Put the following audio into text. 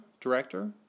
director